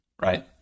right